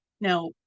Now